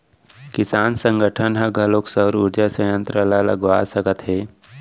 किसान संगठन ह घलोक सउर उरजा संयत्र ल लगवा सकत हे